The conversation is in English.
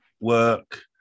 work